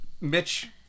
Mitch